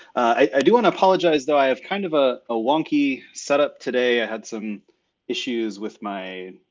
i do wanna apologize though, i have kind of a ah wonky setup today. i had some issues with my